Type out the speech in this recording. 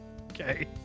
Okay